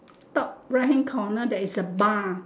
top right hand corner there is a bar